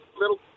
little